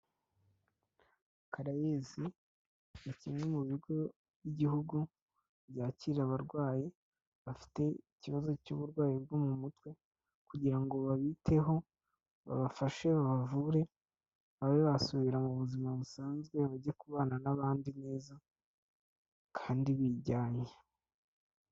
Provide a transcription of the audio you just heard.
Karayezi "CARAES" ni kimwe mu bigo by'igihugu, byakira abarwayi bafite ikibazo cy'uburwayi bwo mu mutwe, kugira ngo babiteho babafashe, babavure, babe basubira mu buzima busanzwe, bajye kubana n'abandi neza, kandi bijyanye.